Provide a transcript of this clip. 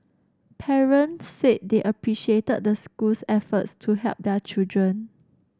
parents said they appreciated the school's efforts to help their children